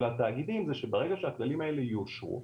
התאגידים זה שברגע שהכללים האלה יאושרו,